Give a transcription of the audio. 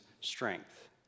strength